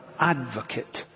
advocate